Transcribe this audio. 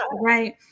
right